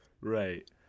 Right